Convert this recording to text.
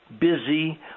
busy